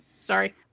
sorry